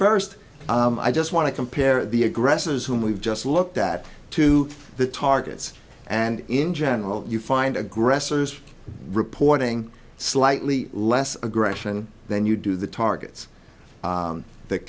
first i just want to compare the aggressors whom we've just looked at to the targets and in general you find aggressors reporting slightly less aggression then you do the targets